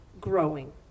growing